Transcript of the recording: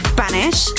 Spanish